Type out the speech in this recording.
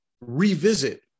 revisit